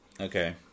Okay